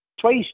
Twice